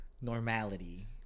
normality